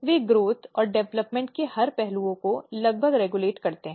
वे growth और development के हर पहलुओं को लगभग रेगुलेट करते हैं